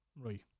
Right